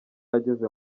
ageze